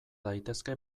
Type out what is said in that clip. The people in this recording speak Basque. daitezke